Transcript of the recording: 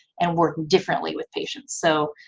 and work differently with patients. so,